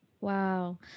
Wow